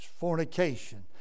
fornication